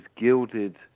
gilded